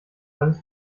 alles